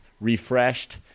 refreshed